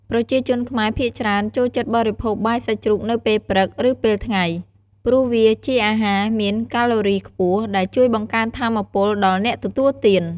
ប្រជាជនខ្មែរភាគច្រើនចូលចិត្តបរិភោគបាយសាច់ជ្រូកនៅពេលព្រឹក ឬពេលថ្ងៃ ព្រោះវាជាអាហារមានកាឡូរីខ្ពស់ ដែលជួយបង្កើនថាមពលដល់អ្នកទទួលទាន។